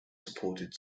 supported